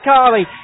Carly